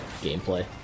gameplay